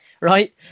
right